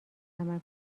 تمرکز